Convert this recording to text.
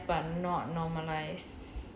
normalise but not normalise